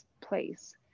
place